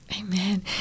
Amen